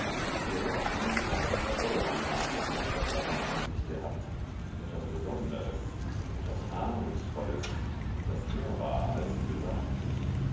selbst jene gedanken bei boena hatten etwas davon an sich gehabt etwas besonderes etwas ahnungsvolles das mehr war als sie besagten